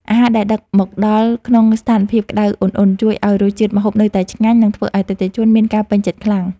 អាហារដែលដឹកមកដល់ក្នុងស្ថានភាពក្ដៅអ៊ុនៗជួយឱ្យរសជាតិម្ហូបនៅតែឆ្ងាញ់ និងធ្វើឱ្យអតិថិជនមានការពេញចិត្តខ្លាំង។